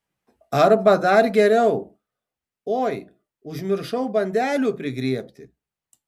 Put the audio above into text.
arba dar geriau oi užmiršau bandelių prigriebti